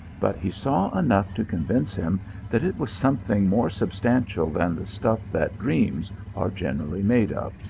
but he saw enough to con vince him that it was something more substantial than the stuff that dreams are generally made of,